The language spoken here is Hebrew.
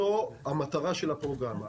זו המטרה של הפרוגרמה.